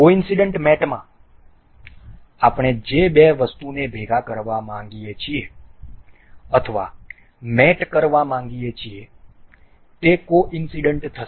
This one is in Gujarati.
કોઇન્સડનટ મેટમાં આપણે જે બે વસ્તુને ભેગા કરવા માગીએ છીએ અથવા મેટ કરવા માગીએ છીએ તે કોઇન્સડનટ થશે